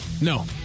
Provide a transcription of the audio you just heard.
No